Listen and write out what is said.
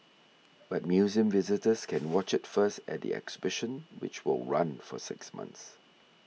but museum visitors can watch it first at the exhibition which will run for six months